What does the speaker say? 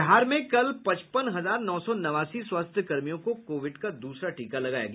बिहार में कल पचपन हजार नौ सौ नवासी स्वास्थ्य कर्मियों को कोविड का द्रसरा टीका लगाया गया